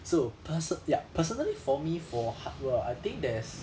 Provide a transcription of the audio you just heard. so person~ ya personally for me for hard work I think there's